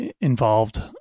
involved